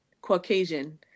Caucasian